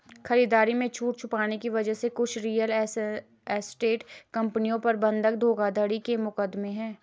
खरीदारी में छूट छुपाने की वजह से कुछ रियल एस्टेट कंपनियों पर बंधक धोखाधड़ी के मुकदमे हैं